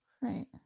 right